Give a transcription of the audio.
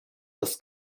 das